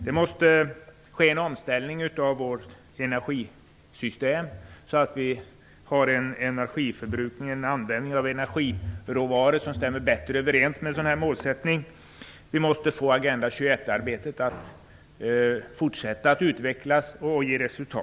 Det måste ske en omställning av vårt energisystem, så att vår användning av energiråvaror stämmer bättre överens med en sådan här målsättning. Vi måste se till att Agenda 21-arbetet fortsätter att utvecklas och att det ger resultat.